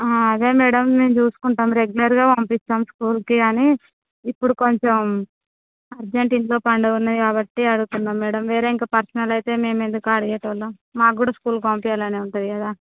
ఆ అదే మేడం మేము చూసుకుంటాము రెగ్యులర్గా పంపిస్తాము స్కూల్కి కానీ ఇప్పుడు కొంచెం అర్జెంటు ఇంట్లో పండగ ఉన్నది కాబట్టి అడుగుతున్నాము మేడం వేరే ఇంకా పర్సనల్ ఐతే మేము ఎందుకు అడిగేవాళ్ళము మాకు కూడా స్కూల్కి పంపించాలనే ఉంటుంది కదా